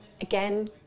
again